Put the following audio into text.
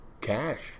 cash